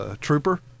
trooper